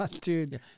dude